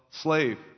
slave